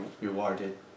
rewarded